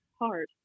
hard